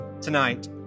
tonight